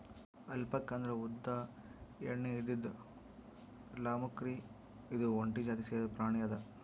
alpaca ಅಂದ್ರ ಉದ್ದ್ ಉಣ್ಣೆ ಇದ್ದಿದ್ ಲ್ಲಾಮ್ಕುರಿ ಇದು ಒಂಟಿ ಜಾತಿಗ್ ಸೇರಿದ್ ಪ್ರಾಣಿ ಅದಾ